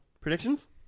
predictions